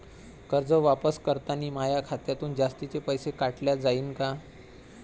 कर्ज वापस करतांनी माया खात्यातून जास्तीचे पैसे काटल्या जाईन का?